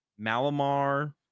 Malamar